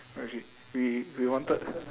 no as in we we wanted